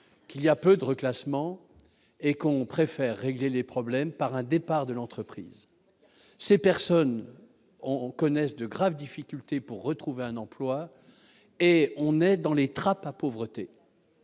qu'il y a peu de reclassements et qu'on préfère régler les problèmes par un départ de l'entreprise, ces personnes auront connaissent de graves difficultés pour retrouver un emploi et on est dans les trappes à pauvreté.